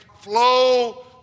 flow